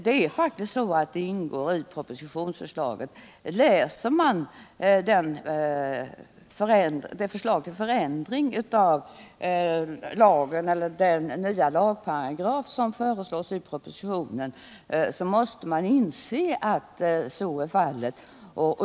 Det är faktiskt så att möjligheten finns i budgetförslaget. Läser man den nya lagparagraf som föreslås i propositionen, måste man inse att så är fallet.